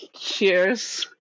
Cheers